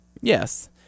Yes